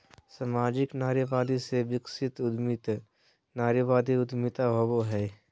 सामाजिक नारीवाद से विकसित उद्यमी नारीवादी उद्यमिता होवो हइ